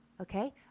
Okay